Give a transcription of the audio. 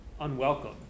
unwelcome